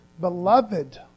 Beloved